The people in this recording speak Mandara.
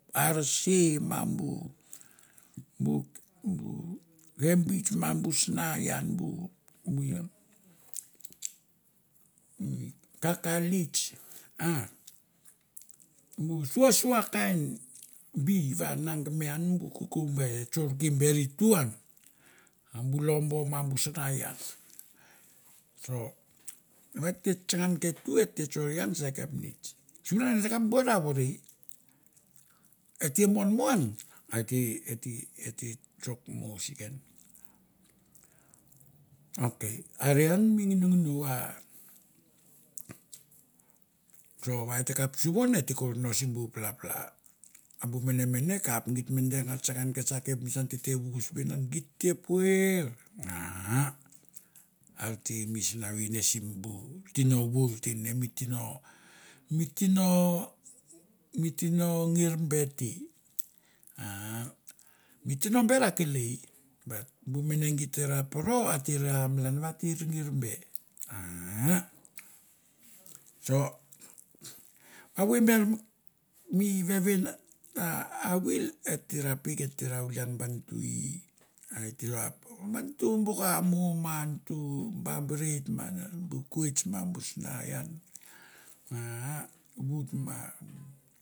Arsi, ma bu bu bu kabis ma bu sna ian bu vin, mi kakalits bu sua kain bi va geme ian bu kokou ber an e tsorke be i tu an, a bu lombo ma bu sna ian. So evoi et te tsanga ian ke tu, et te tsorke ian ke kapnets, sunan e takap bor ra vore. et te mon mon an et te, et te et te tsok mo si ken. Ok are an mi nginonginou a so va eta kap suvon et te ko no simbu pala pala, a bu mene mene kap git me deng artsakan ke sa kapnets an tete vous ven an, git te puer umm auten mi sinaven ne simbu tino vour te ne, ne mi tino, mi tino mi tino ngirbe te umm mi tino ber akelei bat bu mene git ra poro et te ra malan va te ra ngirbe umm. So evoi ber mi vevin a a awil et te ra peuk et te ra awli an ba ntu ei a et ta ra poro ba ntu boka mo ma bu ntu bambarit, ma bu koits ma bu sa ian, aaa vut ma.